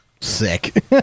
sick